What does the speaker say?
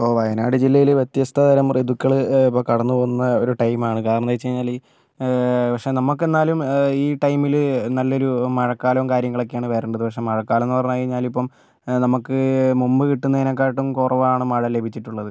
ഇപ്പോൾ വയനാട് ജില്ലയില് വ്യത്യസ്ത തരം ഋതുക്കള് ഇപ്പോൾ കടന്നുപോകുന്ന ഒരു ടൈം ആണ് കാരണമെന്നുവെച്ചുകഴിഞ്ഞാല് പക്ഷേ നമ്മക്കെന്നാലും ഈ ടൈമില് നല്ലൊരു മഴക്കാലവും കാര്യങ്ങളൊക്കെയാണ് വരേണ്ടത് പക്ഷേ മഴക്കാലം എന്ന് പറഞ്ഞു കഴിഞ്ഞാലിപ്പോൾ നമുക്ക് മുമ്പ് കിട്ടുന്നതിനേക്കാട്ടും കുറവാണ് മഴ ലഭിച്ചിട്ടുള്ളത്